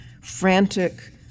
frantic